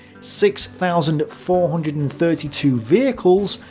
six thousand four hundred and thirty two vehicles,